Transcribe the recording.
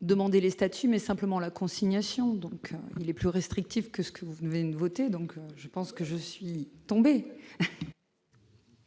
Demander les statuts, mais simplement la consignation, donc il est plus restrictif que ce que vous venez une voter, donc je pense que je suis tombé.